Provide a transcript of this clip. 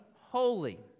holy